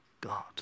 God